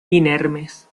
inermes